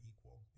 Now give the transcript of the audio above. equal